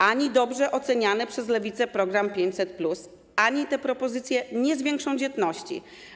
Ani dobrze oceniany przez Lewicę program 500+, ani te propozycje nie zwiększą dzietności.